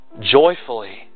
joyfully